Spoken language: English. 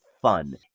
fun